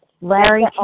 Larry